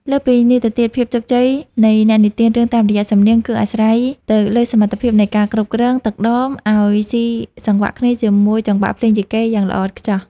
លើសពីនេះទៅទៀត ភាពជោគជ័យនៃអ្នកនិទានរឿងតាមរយៈសំនៀង គឺអាស្រ័យទៅលើសមត្ថភាពនៃការគ្រប់គ្រង ទឹកដម ឱ្យស៊ីសង្វាក់គ្នាជាមួយចង្វាក់ភ្លេងយីកេយ៉ាងល្អឥតខ្ចោះ។